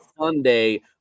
Sunday